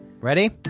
Ready